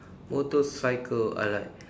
motorcycle I like